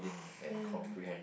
ya